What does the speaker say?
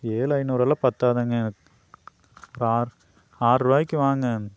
ஏழு ஐநூறு எல்லாம் பத்தாதுங்க ஒரு ஆறு ஆறுரூபாய்க்கு வாங்க